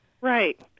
Right